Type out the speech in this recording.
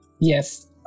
Yes